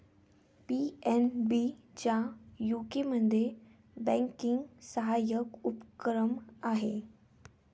PNB चा यूकेमध्ये banking सहाय्यक उपक्रम आहे